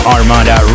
Armada